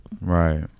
Right